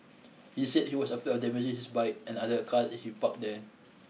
he said he was afraid of damaging his bike and other car if he parked there